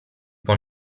può